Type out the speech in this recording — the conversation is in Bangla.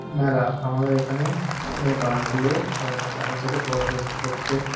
মেলা আমাদের এখানে এ বার্নপুরে আসানসোলে প্রত্যেক